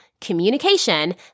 communication